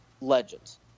Legends